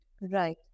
right